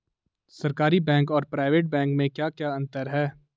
सरकारी बैंक और private bank में क्या क्या अंतर हैं?